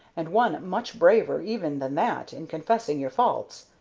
and one much braver even than that, in confessing your faults.